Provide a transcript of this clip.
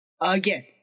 Again